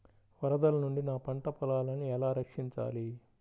వరదల నుండి నా పంట పొలాలని ఎలా రక్షించాలి?